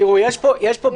עזבו.